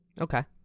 Okay